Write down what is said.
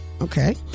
Okay